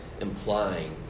implying